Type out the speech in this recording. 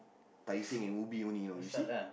Tai-Seng and Ubi only you know you see